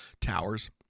towers